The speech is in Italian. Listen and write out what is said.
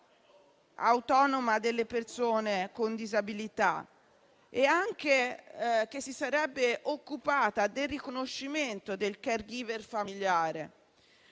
autonoma delle persone con disabilità e anche che si sarebbe occupata del riconoscimento del *caregiver* familiare.